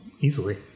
easily